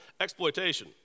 Exploitation